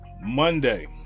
Monday